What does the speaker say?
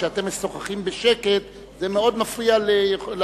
וכשאתם משוחחים בשקט זה מאוד מפריע לנואם.